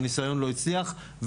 הניסיון לא הצליח.